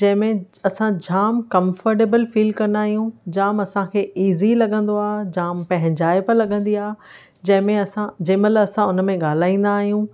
जंहिं में असां जाम कंफर्टेबल फील कंदा आहियूं जाम असांखे इज़ी लॻंदो आहे जाम पंहिंजाइप लॻंदी आहे जंहिं में असां जंहिं महिल असां हुन में ॻाल्हाईंदा आहियूं